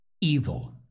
evil